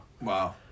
wow